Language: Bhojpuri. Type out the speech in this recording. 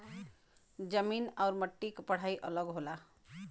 जमीन आउर मट्टी क पढ़ाई अलग होला